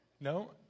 no